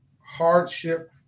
hardship